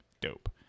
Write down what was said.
dope